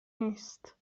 نیست